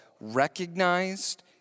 recognized